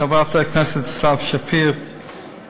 חברת הכנסת סתיו שפיר,